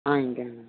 ఇంకేం